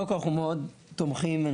אנחנו מאוד תומכים.